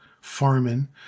Farman